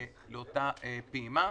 ולהיכנס לאותה פעימה.